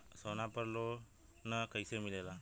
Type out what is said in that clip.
सोना पर loan कइसे मिलेला?